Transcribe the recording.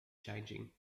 changing